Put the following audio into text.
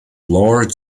lord